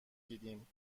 دیدیم